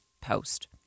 post